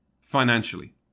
Financially